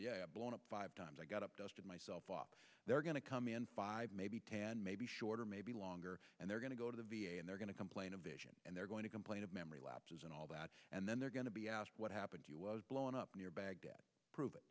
times blown up five times i got up dust myself off they're going to come in five maybe ten maybe shorter maybe longer and they're going to go to the v a and they're going to complain of vision and they're going to complain of memory lapses and all that and then they're going to be asked what happened to you was blown up near baghdad prove it